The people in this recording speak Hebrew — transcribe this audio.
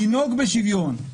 לנהוג בשוויון.